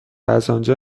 ازآنجا